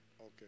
okay